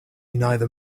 neither